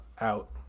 out